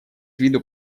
виду